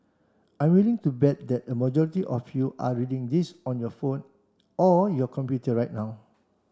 I'm willing to bet that a majority of you are reading this on your phone or your computer right now